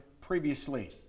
previously